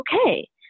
okay